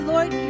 Lord